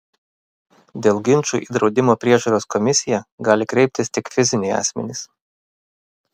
dėl ginčų į draudimo priežiūros komisiją gali kreiptis tik fiziniai asmenys